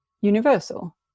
universal